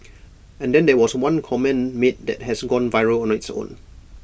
and then there was one comment made that has gone viral on its own